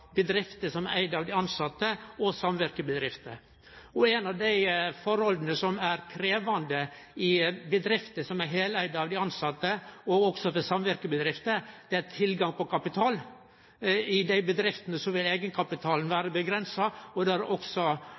bedrifter som er eigde av dei tilsette, og det står også at ein vil sjå på samvirkebedrifter. Eit av dei forholda som er krevjande i bedrifter som er heleigde av dei tilsette, og også for samvirkebedrifter, er tilgangen på kapital. I dei bedriftene vil eigenkapitalen vere avgrensa, og det er også